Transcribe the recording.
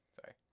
Sorry